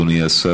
אדוני השר,